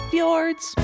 Fjords